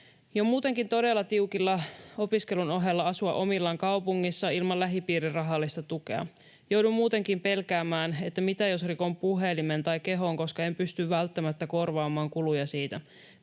”Jo muutenkin on todella tiukilla opiskelun ohella asua omillaan kaupungissa, ilman lähipiirin rahallista tukea. Joudun muutenkin pelkäämään, että mitä jos rikon puhelimen tai kehon, koska en pysty välttämättä korvaamaan kuluja siitä.